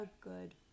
good